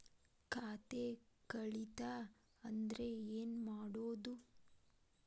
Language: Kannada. ಖಾತೆ ಕಳಿತ ಅಂದ್ರೆ ಏನು ಮಾಡೋದು?